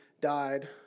died